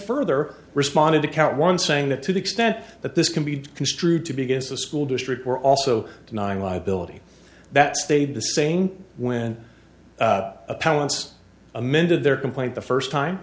further responded to count one saying that to the extent that this can be construed to be against the school district we're also denying liability that stayed the same when opponents amended their complaint the first time